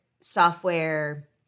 software